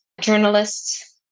journalists